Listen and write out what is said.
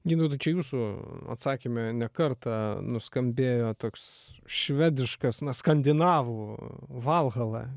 gintautai čia jūsų atsakyme ne kartą nuskambėjo toks švediškas na skandinavų valhala